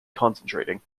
concentrating